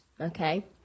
okay